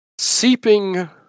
seeping